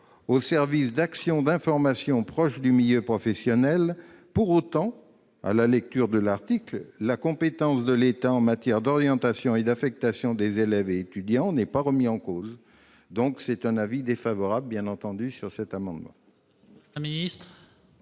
au service d'actions d'information proches du milieu professionnel. Pour autant, à la lecture de l'article, la compétence de l'État en matière d'orientation et d'affectation des élèves et des étudiants n'est pas remise en cause. Par conséquent, la commission émet un avis défavorable sur ces amendements.